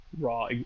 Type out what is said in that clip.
Raw